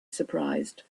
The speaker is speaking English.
surprised